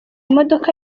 modoka